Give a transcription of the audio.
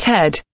Ted